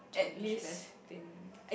should have been